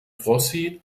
rossi